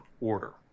order